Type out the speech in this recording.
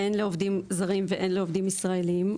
הן לעובדים זרים והן לעובדים ישראלים.